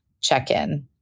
check-in